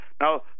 now